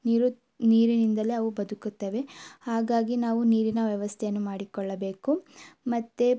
ನೀರು ನೀರಿನಿಂದಲೇ ಅವು ಬದುಕುತ್ತವೆ ಹಾಗಾಗಿ ನಾವು ನೀರಿನ ವ್ಯವಸ್ಥೆಯನ್ನು ಮಾಡಿಕೊಳ್ಳಬೇಕು ಮತ್ತು